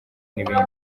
n’ibindi